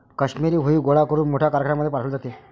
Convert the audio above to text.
काश्मिरी हुई गोळा करून मोठ्या कारखान्यांमध्ये पाठवले जाते